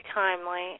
timely